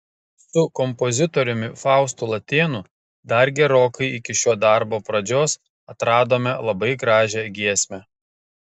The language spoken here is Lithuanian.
su kompozitoriumi faustu latėnu dar gerokai iki šio darbo pradžios atradome labai gražią giesmę